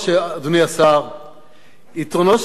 יתרונו של דוח שופט בית-המשפט העליון לשעבר,